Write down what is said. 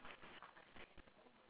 not fussy ah